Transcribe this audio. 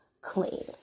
clean